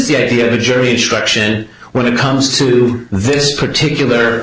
the idea of a jury instruction when it comes to this particular